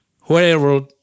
wherever